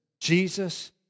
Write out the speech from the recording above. Jesus